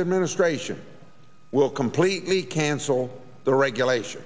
administration will completely cancel the regulations